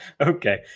Okay